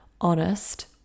honest